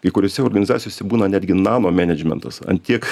kai kuriose organizacijose būna netgi nano menedžmentas ant tiek